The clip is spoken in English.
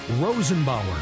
Rosenbauer